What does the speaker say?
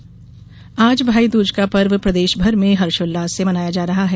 भाईदूज आज भाईदूज का पर्व प्रदेश भर में हर्षोल्लास से मनाया जा रहा है